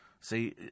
See